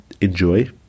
enjoy